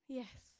yes